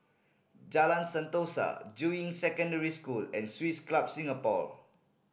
Jalan Sentosa Juying Secondary School and Swiss Club Singapore